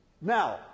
Now